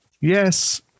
Yes